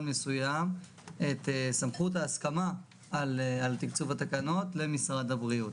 מסוים את סמכות ההסכמה על תקצוב התקנות למשרד הבריאות.